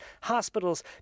hospitals